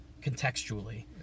contextually